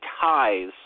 ties